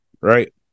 right